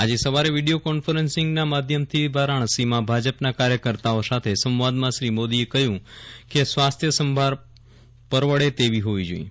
આજે સવારે વિડિયો કોન્ફરન્સીંગના માધ્યમથી વારાણસીમાં ભાજપના કાર્યકર્તાઓ સાથે સંવાદમાં શ્રી મોદીએ કહ્યું કે સ્વાસ્થ્ય સંભાળ પરવડે તેવી હોવી જોઈએ